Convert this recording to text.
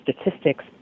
statistics